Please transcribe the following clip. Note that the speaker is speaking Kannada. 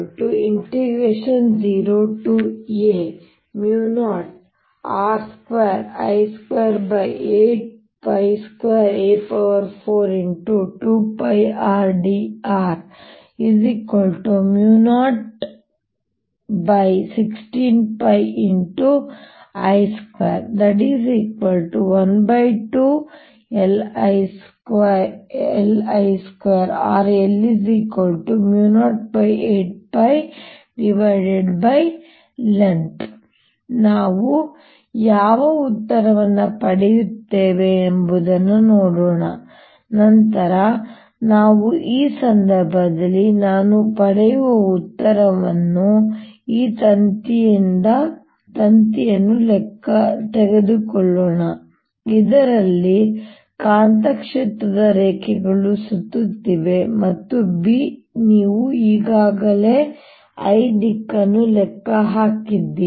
2πrdr016πI2 016πI212LI2 or L08πlength ನಾವು ಯಾವ ಉತ್ತರವನ್ನು ಪಡೆಯುತ್ತೇವೆ ಎಂಬುದನ್ನು ನೋಡೋಣ ನಂತರ ನಾನು ಆ ಸಂದರ್ಭದಲ್ಲಿ ನಾನು ಪಡೆಯುವ ಉತ್ತರವನ್ನು ಈ ತಂತಿಯನ್ನು ತೆಗೆದುಕೊಳ್ಳೋಣ ಇದರಲ್ಲಿ ಕಾಂತಕ್ಷೇತ್ರದ ರೇಖೆಗಳು ಸುತ್ತುತ್ತಿವೆ ಮತ್ತು b ನೀವು ಈಗಾಗಲೇ I ದಿಕ್ಕನ್ನು ಲೆಕ್ಕ ಹಾಕಿದ್ದೀರಿ